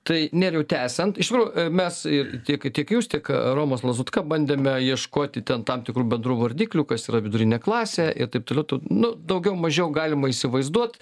tai nerijau tęsiant iš tikrųjų mes ir tiek tiek jūs tiek romas lazutka bandėme ieškoti ten tam tikrų bendrų vardiklių kas yra vidurinė klasė ir taip toliau tu nu daugiau mažiau galima įsivaizduot